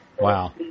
Wow